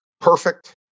perfect